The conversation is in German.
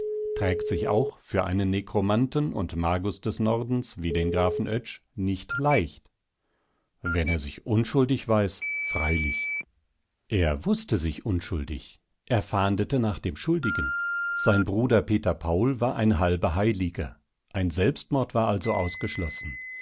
trägt sich auch für einen nekromanten und magus des nordens wie den grafen oetsch nicht leicht wenn er sich unschuldig weiß freilich er wußte sich unschuldig er fahndete nach dem schuldigen sein bruder peter paul war ein halber heiliger ein selbstmord war also ausgeschlossen